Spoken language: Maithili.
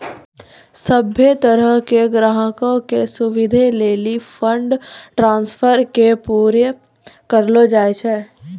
सभ्भे तरहो के ग्राहको के सुविधे लेली फंड ट्रांस्फर के पूरा करलो जाय छै